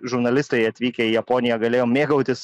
žurnalistai atvykę į japoniją galėjom mėgautis